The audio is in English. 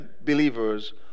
believers